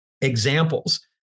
examples